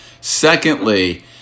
Secondly